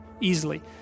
easily